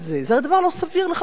הרי זה דבר לא סביר לחלוטין.